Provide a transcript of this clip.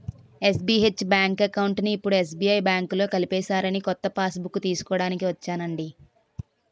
SBH bank అకౌంట్ని ఇప్పుడు SBI బాంకులో కలిపేసారని కొత్త పాస్బుక్కు తీస్కోడానికి ఒచ్చానండి